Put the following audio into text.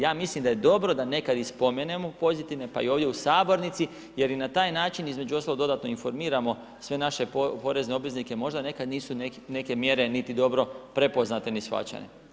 Ja mislim da je dobro da nekada i spomenemo pozitivne, pa i ovdje u Sabornici jer i na taj način, između ostaloga, dodatno informirano sve naše porezne obveznike, možda nekada nisu neke mjere niti dobro prepoznate, ni shvaćene.